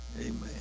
Amen